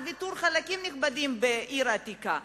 ויתור על חלקים נכבדים בעיר העתיקה,